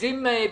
אז אם ב-2013,